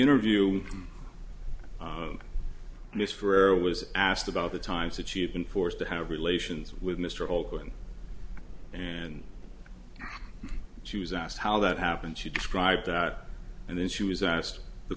interview with miss frere was asked about the times that she had been forced to have relations with mr o'quinn and she was asked how that happened she described that and then she was asked the